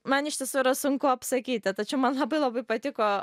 man iš tiesų yra sunku apsakyti tačiau man labai labai patiko